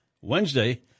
Wednesday